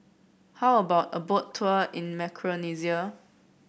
how about a Boat Tour in Micronesia